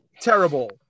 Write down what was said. terrible